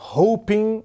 hoping